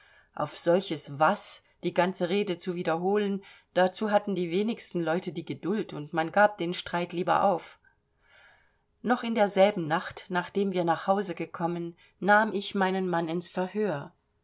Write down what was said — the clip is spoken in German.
auf solches was die ganze rede zu wiederholen dazu hatten die wenigsten leute die geduld und man gab den streit lieber auf noch in derselben nacht nachdem wir nach hause gekommen nahm ich meinen mann ins verhör